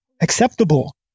acceptable